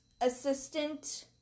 Assistant